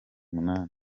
umunani